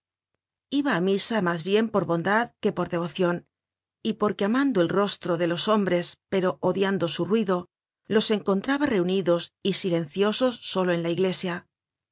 iba á misa mas bien por bondad que por devocion y porque amando el rostro de los hombres pero odiando su ruido los encontraba reunidos y silenciosos solo en la iglesia